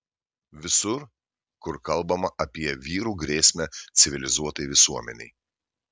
visur kur kalbama apie vyrų grėsmę civilizuotai visuomenei